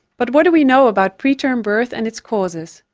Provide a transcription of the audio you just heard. but what do we know about preterm birth and its causes.